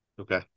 Okay